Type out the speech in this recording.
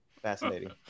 Fascinating